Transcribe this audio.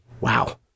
Wow